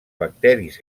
bacteris